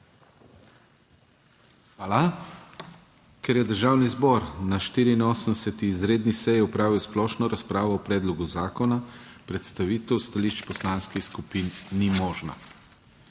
Hvala. Ker je Državni zbor na 84. izredni seji opravil splošno razpravo o predlogu zakona, predstavitev stališč poslanskih skupin ni možna.